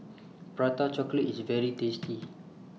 Prata Chocolate IS very tasty